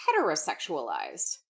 heterosexualized